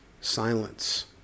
silence